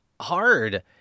hard